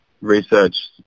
research